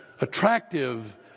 attractive